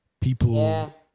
People